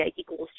equals